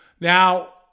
Now